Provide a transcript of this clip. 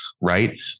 Right